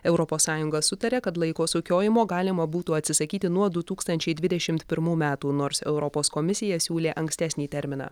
europos sąjunga sutaria kad laiko sukiojimo galima būtų atsisakyti nuo du tūkstančiai dvidešimt pirmų metų nors europos komisija siūlė ankstesnį terminą